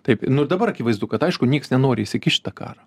taip nu ir dabar akivaizdu kad aišku nyks nenori įsikišt į tą karą